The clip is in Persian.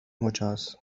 مجاز